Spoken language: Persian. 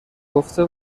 گفته